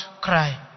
cry